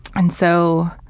and so,